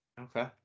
Okay